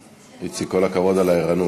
איציק, כל הכבוד על הערנות.